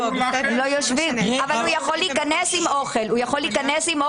הוא יכול להיכנס עם אוכל שהביא מהבית,